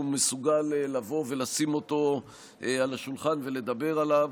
מסוגל לבוא ולשים אותו על השולחן ולדבר עליו.